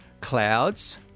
clouds